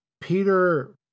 Peter